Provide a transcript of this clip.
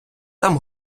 там